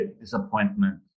disappointment